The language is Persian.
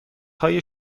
های